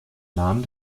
namen